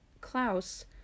Klaus